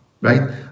right